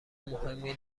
مهمی